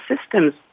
systems